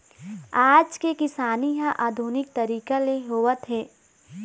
आज के किसानी ह आधुनिक तरीका ले होवत हे